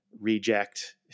reject